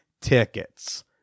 tickets